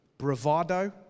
bravado